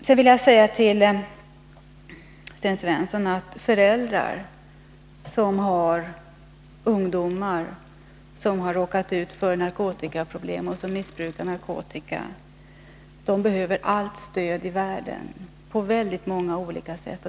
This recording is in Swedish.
Sedan vill jag säga till Sten Svensson att de föräldrar som har ungdomar vilka råkat ut för narkotikamissbruk och missbrukar narkotika behöver allt stöd i världen — på många olika sätt.